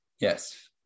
Yes